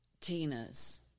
Tina's